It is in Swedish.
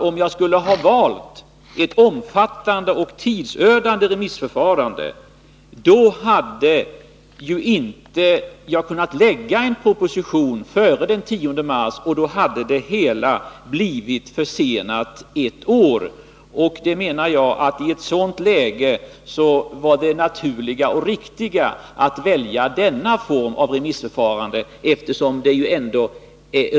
Om jag skulle ha valt ett omfattande och tidsödande remissförfarande, så hade jag ju inte kunnat lägga fram en proposition före den 10 mars, och då hade det hela blivit försenat ett år. Jag menar att i ett sådant läge var det naturliga och riktiga att välja den form av remissförfarande som jag här